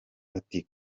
ati